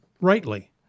rightly